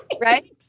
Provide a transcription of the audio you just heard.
right